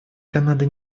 канады